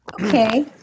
Okay